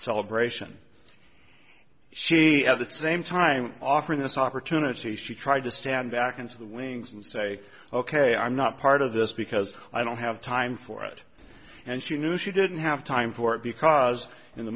celebration she at the same time offering this opportunity she tried to stand back into the wings and say ok i'm not part of this because i don't have time for it and she knew she didn't have time for it because in the